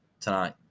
tonight